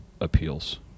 Appeals